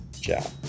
Ciao